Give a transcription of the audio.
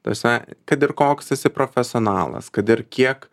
ta prasme kad ir koks esi profesionalas kad ir kiek